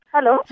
Hello